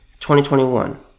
2021